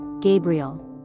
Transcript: gabriel